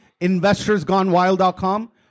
investorsgonewild.com